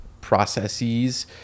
processes